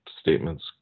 statements